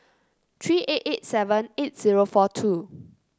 three eight eight seven eight zero four two